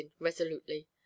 resolutely